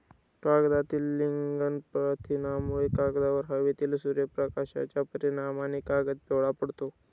कागदातील लिग्निन प्रथिनांमुळे, कागदावर हवेतील सूर्यप्रकाशाच्या परिणामाने कागद पिवळा पडतो